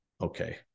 okay